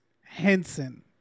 Henson